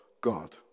God